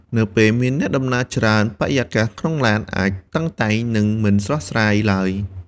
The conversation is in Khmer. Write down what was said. នៅពេលមានអ្នកដំណើរច្រើន បរិយាកាសក្នុងឡានអាចតឹងតែងនិងមិនស្រស់ស្រាយឡើយ។